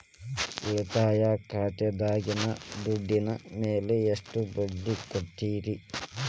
ಉಳಿತಾಯ ಖಾತೆದಾಗಿನ ದುಡ್ಡಿನ ಮ್ಯಾಲೆ ಎಷ್ಟ ಬಡ್ಡಿ ಕೊಡ್ತಿರಿ?